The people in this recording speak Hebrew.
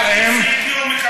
או הם,